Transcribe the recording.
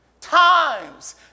times